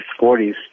40s